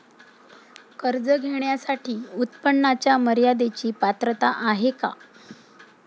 कर्ज घेण्यासाठी उत्पन्नाच्या मर्यदेची पात्रता आहे का?